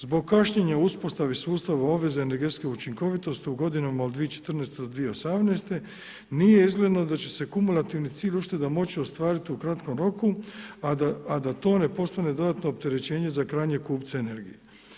Zbog kašnjenja u uspostavi sustava obveza energetske učinkovitosti u godinama od 2014. do 2018. nije izgledno da će se kumulativni cilj ušteda moći ostvariti u kratkom roku, a da to ne postane dodatno opterećenje za krajnje kupce energije.